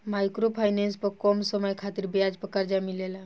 micro finance पर कम समय खातिर ब्याज पर कर्जा मिलेला